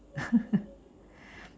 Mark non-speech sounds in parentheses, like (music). (laughs)